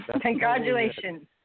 congratulations